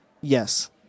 Yes